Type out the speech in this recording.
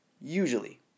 usually